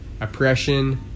Oppression